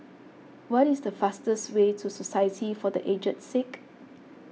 what is the fastest way to Society for the Aged Sick